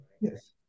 yes